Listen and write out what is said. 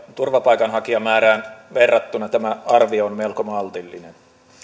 turvapaikanhakijamäärään verrattuna tämä arvio on melko maltillinen